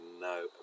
no